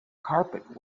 carpet